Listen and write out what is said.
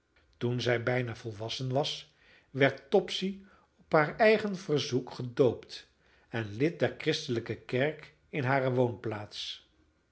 toen zij bijna volwassen was werd topsy op haar eigen verzoek gedoopt en lid der christelijke kerk in hare woonplaats